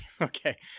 okay